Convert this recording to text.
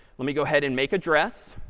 let me go ahead and make address,